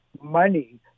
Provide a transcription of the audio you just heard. money